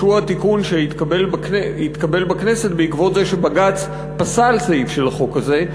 שהוא התיקון שהתקבל בכנסת בעקבות זה שבג"ץ פסל סעיף של החוק הזה,